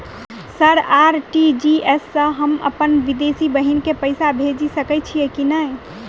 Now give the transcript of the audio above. Sir RTGS सँ हम अप्पन विदेशी बहिन केँ पैसा भेजि सकै छियै की नै?